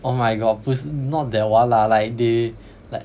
oh my god 不是 not that one lah like they like